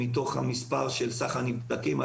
מתוך המספר של סך הנבדקים,